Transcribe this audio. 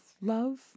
love